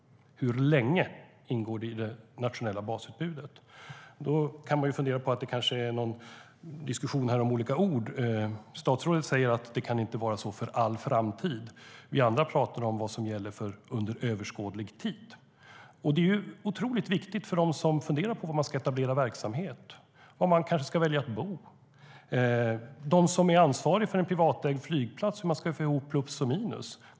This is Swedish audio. Hur länge ingår det i det nationella basutbudet? Kanske är detta en diskussion om olika ord. Statsrådet säger att det inte kan vara så för all framtid. Vi andra talar om vad som gäller under överskådlig tid. Det är otroligt viktigt för dem som ska etablera verksamhet eller kanske ska välja var de ska bo. Det är viktigt för dem som är ansvariga för en privatägd flygplats hur man ska få ihop plus och minus.